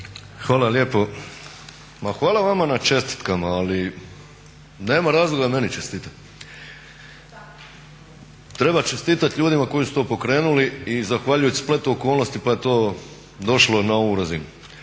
Hvala lijepo. Ma hvala vama na čestitkama, ali nema razloga meni čestitat. Treba čestitat ljudima koji su to pokrenuli i zahvaljujući spletu okolnosti pa je to došlo na ovu razinu.